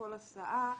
בכל הסעה,